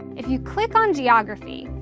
if you click on geography,